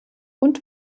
und